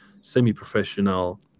semi-professional